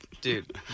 Dude